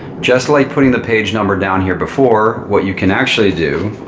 just like putting the page number down here before, what you can actually do